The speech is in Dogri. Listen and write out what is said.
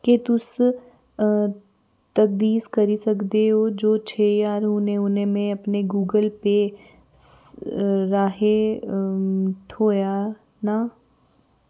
क्या तुस तसदीक करी सकदे ओ जे छे ज्हार हुनै हुनै मेरे गूगल पेऽ राहें थ्होए न